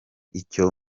icyo